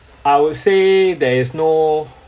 I would say there is no